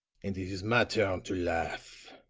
and it is my turn to laugh!